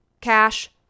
cash